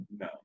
No